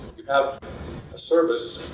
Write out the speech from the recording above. you have a service,